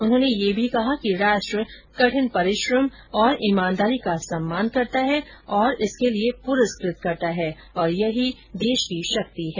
उन्होंने ये भी कहा कि राष्ट्र कठिन परिश्रम और ईमानदारी का सम्मान करता है और इसके लिए प्रस्कृत करता है और यही देश की शक्ति है